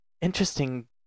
interesting